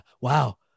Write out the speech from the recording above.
wow